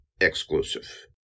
exclusive